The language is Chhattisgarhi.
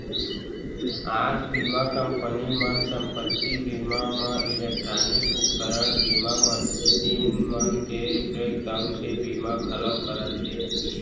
आज बीमा कंपनी मन संपत्ति बीमा म इलेक्टानिक उपकरन बीमा, मसीन मन के ब्रेक डाउन के बीमा घलौ करत हें